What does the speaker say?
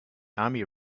army